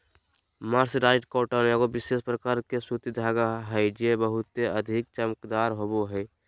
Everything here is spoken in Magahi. मर्सराइज्ड कॉटन एगो विशेष प्रकार के सूती धागा हय जे बहुते अधिक चमकदार होवो हय